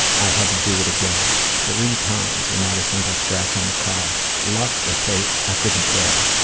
i had to do it again. three times, and not a single scratch on the car. luck or fate, i couldn't care.